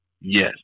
yes